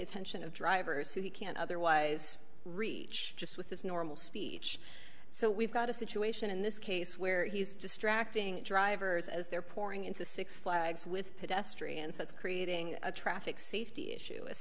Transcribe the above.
attention of drivers who can't otherwise reach just with his normal speech so we've got a situation in this case where he's distracting drivers as they're pouring into six flags with pedestrians that's creating a traffic safety issue